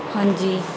ਹਾਂਜੀ